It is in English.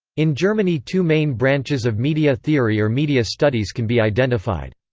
in germany two main branches of media theory or media studies can be identified.